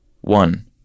One